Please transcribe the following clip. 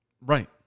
Right